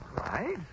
Right